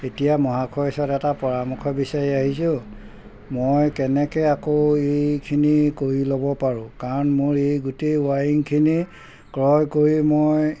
এতিয়া মহাশয় ওচৰত এটা পৰামৰ্শ বিচাৰি আহিছোঁ মই কেনেকৈ আকৌ এইখিনি কৰি ল'ব পাৰোঁ কাৰণ মোৰ এই গোটেই ৱাইৰিংখিনি ক্ৰয় কৰি মই